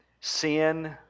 sin